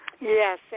Yes